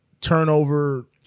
turnover